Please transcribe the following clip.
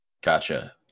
Gotcha